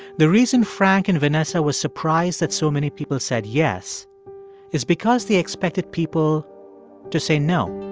the reason frank and vanessa were surprised that so many people said yes is because they expected people to say no